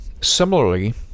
Similarly